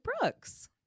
Brooks